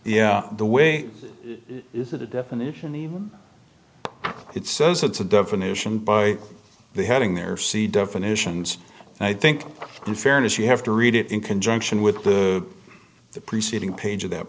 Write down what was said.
yeah the way is it a definition even it says it's a definition by the heading there see definitions and i think in fairness you have to read it in conjunction with the preceding page of that